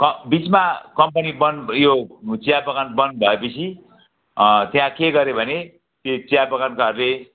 क बिचमा कम्पनी बन्द यो चिया बगान बन्द भएपछि त्यहाँ के गरे भने ती चियाबगानकाहरूले